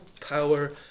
power